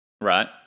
right